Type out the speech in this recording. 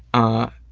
ah,